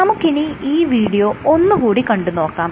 നമുക്കിനി ഈ വീഡിയോ ഒന്ന് കൂടി കണ്ടുനോക്കാം